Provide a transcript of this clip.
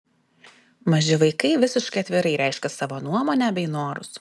maži vaikai visiškai atvirai reiškia savo nuomonę bei norus